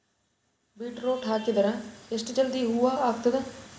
Beetroot ಹಾಕಿದರ ಎಷ್ಟ ಜಲ್ದಿ ಹೂವ ಆಗತದ?